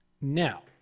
Now